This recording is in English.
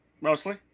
mostly